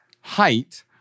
height